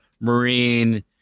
Marine